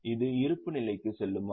இது இருப்புநிலைக்கு செல்லுமா